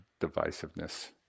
divisiveness